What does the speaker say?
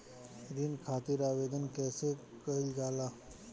ऋण खातिर आवेदन कैसे कयील जाला?